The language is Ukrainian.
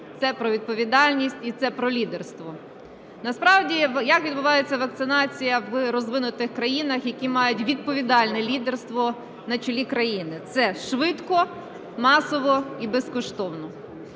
це про відповідальність і це про лідерство. Насправді як відбувається вакцинація в розвинутих країнах, які мають відповідальне лідерство на чолі країни? Це швидко, масово і безкоштовно.